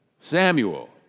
Samuel